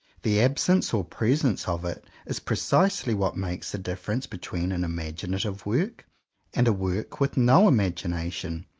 the absence or presence of it is precisely what makes the difference between an imaginative work and a work with no imagination,